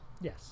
Yes